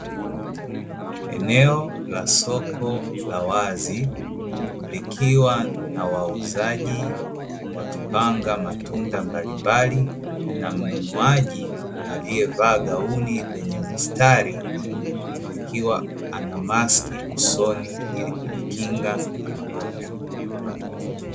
Eneo la soko la wazi, likiwa na wauzaji wakipanga matunda mbalimbali na mnunuaji aliyevaa gauni lenye mistari akiwa ana maski usoni, ili kujikinga na magonjwa.